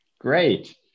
great